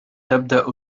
تبدأ